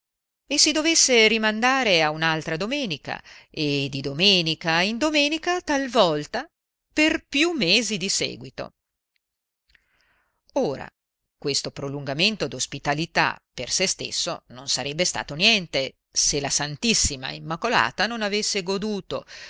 e si dovesse rimandare a un'altra domenica e di domenica in domenica talvolta per più mesi di seguito ora questo prolungamento d'ospitalità per se stesso non sarebbe stato niente se la ss immacolata non avesse goduto